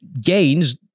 gains